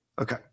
Okay